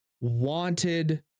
wanted